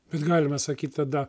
bet galima sakyt tada